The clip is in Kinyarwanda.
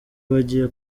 bagiye